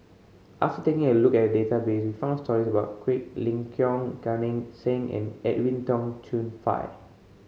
after taking a look at the database we found stories about Quek Ling Kiong Gan Eng Seng and Edwin Tong Chun Fai